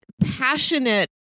passionate